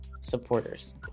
supporters